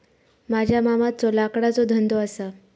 माझ्या मामाचो लाकडाचो धंदो असा